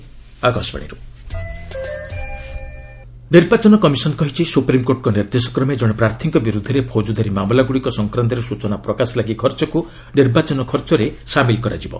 EC criminal cases ନିର୍ବାଚନ କମିଶନ କହିଛନ୍ତି ସୁପ୍ରିମ୍କୋର୍ଟଙ୍କ ନିର୍ଦ୍ଦେଶକ୍ରମେ ଜଣେ ପ୍ରାର୍ଥୀଙ୍କ ବିରୁଦ୍ଧରେ ପୌଜଦାରୀ ମାମଲାଗୁଡ଼ିକ ସଂକ୍ରାନ୍ତରେ ସ୍ଚଚନା ପ୍ରକାଶ ଲାଗି ଖର୍ଚ୍ଚକୁ ନିର୍ବାଚନ ଖର୍ଚ୍ଚରେ ସାମିଲ କରାଯିବ